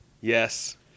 Yes